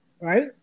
Right